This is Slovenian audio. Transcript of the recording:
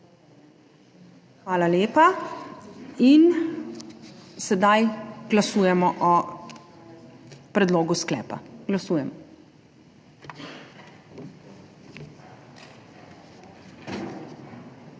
Hvala lepa. In sedaj glasujemo o predlogu sklepa. Glasujemo.